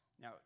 Now